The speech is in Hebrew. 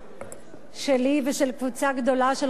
שלי ושל קבוצה גדולה של חברי כנסת.